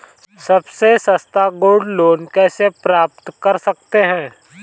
सबसे सस्ता gold loan कैसे प्राप्त कर सकते हैं?